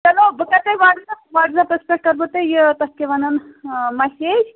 چلو بہٕ کَرٕ تۄہہِ وَٹسیپ واٹسیپَس پٮ۪ٹھ کَرٕ بہٕ تۄہہِ یہِ تَتھ کیٛاہ وَنان مَسیج